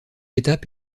étape